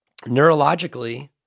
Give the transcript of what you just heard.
neurologically